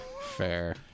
fair